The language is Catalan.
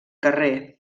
carrer